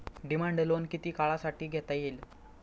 Demand loan किती काळासाठी घेता येईल?